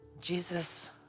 Jesus